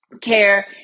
care